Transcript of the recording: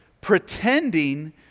pretending